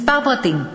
כמה פרטים.